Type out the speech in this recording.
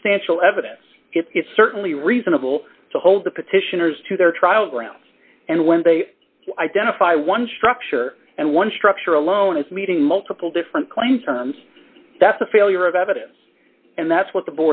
substantial evidence it's certainly reasonable to hold the petitioners to their trial grounds and when they identify one structure and one structure alone as meeting multiple different claims terms that's a failure of evidence and that's what the